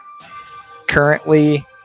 currently